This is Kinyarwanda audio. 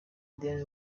diane